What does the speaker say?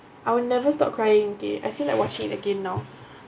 I will never stop crying okay I feel like watching it again now